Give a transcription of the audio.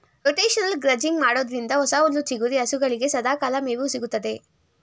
rotational grazing ಮಾಡೋದ್ರಿಂದ ಹೊಸ ಹುಲ್ಲು ಚಿಗುರಿ ಹಸುಗಳಿಗೆ ಸದಾಕಾಲ ಮೇವು ಸಿಗುತ್ತದೆ